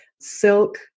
Silk